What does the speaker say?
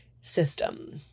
system